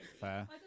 Fair